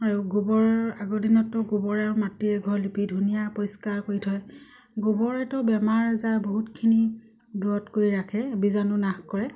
আৰু গোবৰ আগৰ দিনততো গোবৰ আৰু মাটিৰে ঘৰ লিপি ধুনীয়া পৰিষ্কাৰ কৰি থয় গোবৰেতো বেমাৰ আজাৰ বহুতখিনি দূৰত কৰি ৰাখে বীজাণুনাশ কৰে